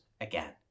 again